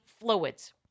fluids